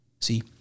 See